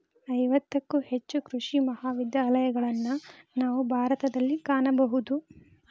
ಐವತ್ತಕ್ಕೂ ಹೆಚ್ಚು ಕೃಷಿ ಮಹಾವಿದ್ಯಾಲಯಗಳನ್ನಾ ನಾವು ಭಾರತದಲ್ಲಿ ಕಾಣಬಹುದು